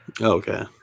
Okay